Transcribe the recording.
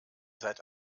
seid